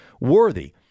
worthy